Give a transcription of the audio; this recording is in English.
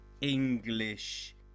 English